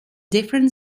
different